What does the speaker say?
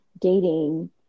dating